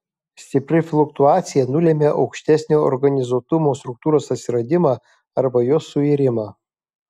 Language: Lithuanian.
stipri fluktuacija nulemia aukštesnio organizuotumo struktūros atsiradimą arba jos suirimą